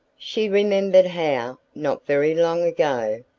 she remembered how, not very long ago,